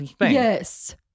Yes